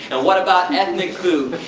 and what about and ethnic food,